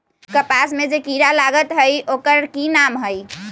कपास में जे किरा लागत है ओकर कि नाम है?